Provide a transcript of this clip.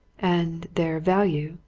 and their value?